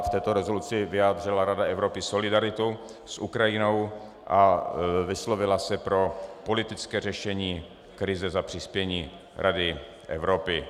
V této rezoluci vyjádřila Rada Evropy solidaritu s Ukrajinou a vyslovila se pro politické řešení krize za přispění Rady Evropy.